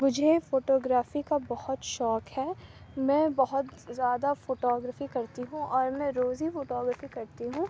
مجھے photography کا بہت شوق ہے میں بہت زیادہ فوٹو گرافی کرتی ہوں اور میں روز ہی فوٹو گرافی کرتی ہوں